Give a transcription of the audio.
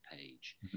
page